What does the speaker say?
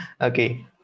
okay